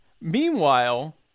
Meanwhile